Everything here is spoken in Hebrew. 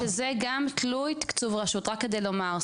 שזה גם תלוי תקצוב רשות, רק כדי לומר.